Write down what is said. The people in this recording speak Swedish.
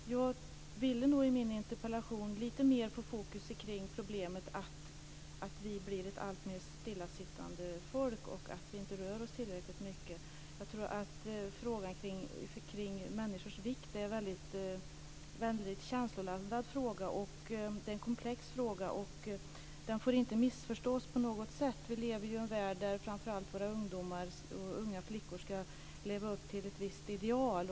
Men jag ville nog i min interpellation lite mer få fokus kring problemet att vi blir ett alltmer stillasittande folk, att vi inte rör oss tillräckligt mycket. Jag tror att frågan om människors vikt är väldigt känsloladdad. Frågan är komplex. Den får inte missförstås på något sätt. Vi lever ju i en värld där framför allt våra ungdomar, unga flickor, ska leva upp till ett visst ideal.